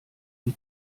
wie